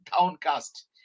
downcast